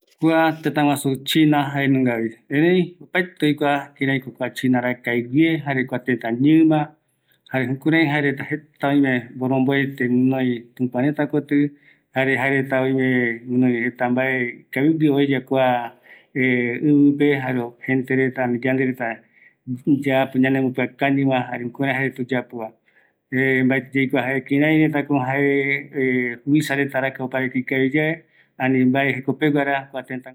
Kua tëtäguaju china jaevi, imbaepueregue, jare tëtä ñima, jaeretra jeta oesauka kïraïko jae reta arakae guie oesauka jeko momoë, jaereta omboete yeye, iyɨpɨ reta oeya supeva, opaete oikua kuretaregua va, iporomboetepe